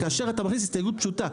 אם תאשר אתה מכניס הסתייגות פשוטה,